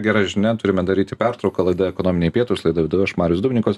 gera žinia turime daryti pertrauką laida ekonominiai pietūs laidą vedu aš marius dubnikovas